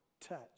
touch